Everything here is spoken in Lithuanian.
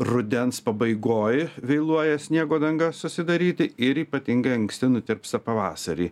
rudens pabaigoj vėluoja sniego danga susidaryti ir ypatingai anksti nutirpsta pavasarį